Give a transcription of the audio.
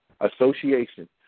association